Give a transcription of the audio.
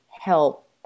help